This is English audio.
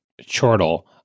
chortle